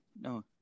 no